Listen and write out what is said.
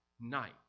night